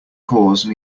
cause